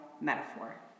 metaphor